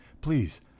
Please